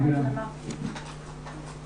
לשם מדידת חום?